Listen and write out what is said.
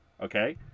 Okay